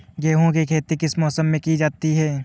गेहूँ की खेती किस मौसम में की जाती है?